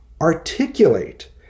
articulate